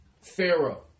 Pharaoh